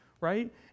right